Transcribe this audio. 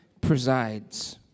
presides